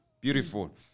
Beautiful